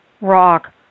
rock